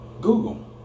Google